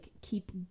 keep